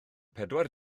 pedwar